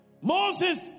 Moses